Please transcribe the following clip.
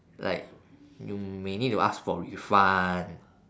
like you may need to ask for refund